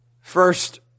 First